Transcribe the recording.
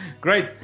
Great